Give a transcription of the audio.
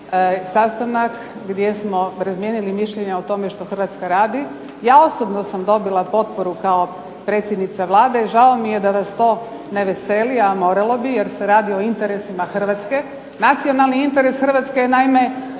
Hrvatske je naime